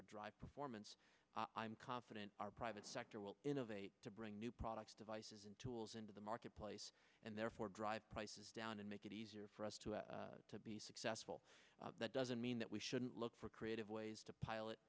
would drive performance i'm confident our private sector will innovate to bring new products devices and tools into the marketplace and therefore drive prices down and make it easier for us to be successful that doesn't mean that we shouldn't look for creative ways to p